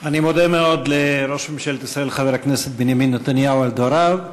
אני מודה מאוד לראש ממשלת ישראל חבר הכנסת בנימין נתניהו על דבריו,